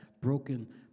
broken